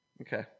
Okay